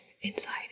inside